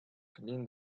clean